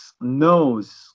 knows